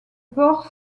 port